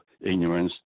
ignorance